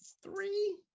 Three